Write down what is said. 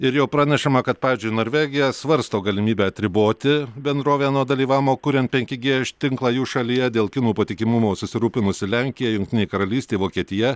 ir jau pranešama kad pavyzdžiui norvegija svarsto galimybę atriboti bendrovę nuo dalyvavimo kuriant penki g tinklą jų šalyje dėl kinų patikimumo susirūpinusi lenkija jungtinė karalystė vokietija